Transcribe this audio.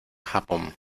japón